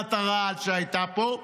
למכונת הרעל שהייתה פה.